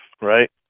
Right